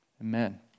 amen